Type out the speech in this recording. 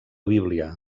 bíblia